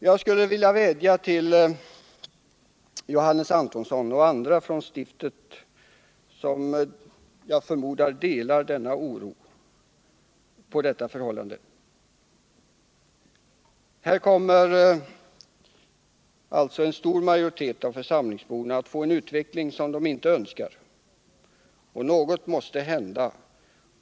Jag förmodar att Johannes Antonsson och många andra från stiftet delar oron Över en sådan utveckling. som en stor majoritet av församlingsborna inte vill ha. Något måste hända.